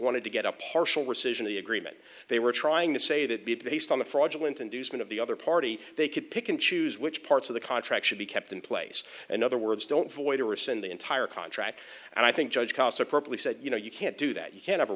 anted to get a partial rescission the agreement they were trying to say that based on the fraudulent inducement of the other party they could pick and choose which parts of the contract should be kept in place in other words don't voice to rescind the entire contract and i think judge costs are probably said you know you can't do that you can't have a